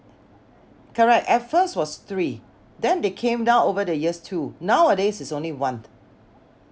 correct at first was three then they came down over the years two nowadays it's only one